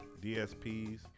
DSPs